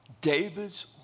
David's